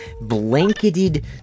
blanketed